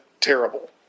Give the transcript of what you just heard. terrible